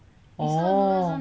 oh